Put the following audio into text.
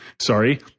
sorry